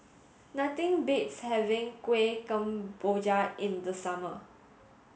nothing beats having Kueh Kemboja in the summer